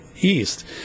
east